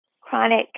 chronic